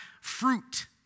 fruit